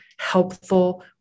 helpful